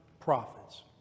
prophets